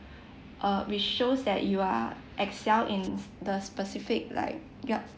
uh which shows that you are excel in the specific like yup